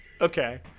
okay